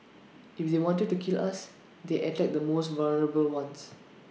if they wanted to kill us they attack the most vulnerable ones